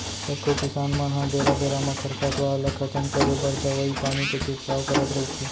कतको किसान मन ह बेरा बेरा म खरपतवार ल खतम करे बर दवई पानी के छिड़काव करत रइथे